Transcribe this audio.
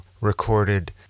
recorded